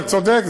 אתה צודק,